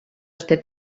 este